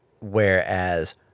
Whereas